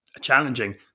challenging